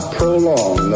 prolong